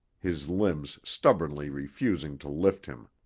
his limbs stubbornly refusing to lift him.